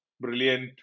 brilliant